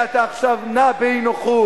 הנה אתה עכשיו נע באי-נוחות.